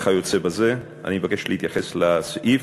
וכיוצא בזה, אני מבקש להתייחס לסעיף.